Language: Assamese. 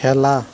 খেলা